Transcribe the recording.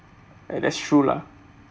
and that's true lah